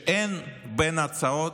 שאין בין ההצעות,